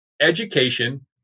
education